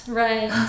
right (